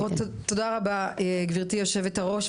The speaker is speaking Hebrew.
תודה רבה גברתי היושבת-ראש,